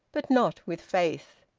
but not with faith.